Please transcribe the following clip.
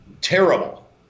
terrible